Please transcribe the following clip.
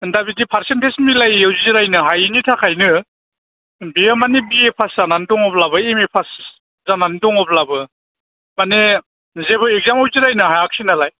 ओ दा बिदि पारसेन्टेज मिलायि जिरायनो हायिनि थाखायनो बियो माने बि ए पास जानानै दङब्लाबो एम ए पास जानानै दङब्लाबो माने जेबो एक्जामाव जिरायनो हायाखिसै नालाय